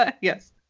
Yes